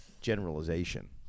Generalization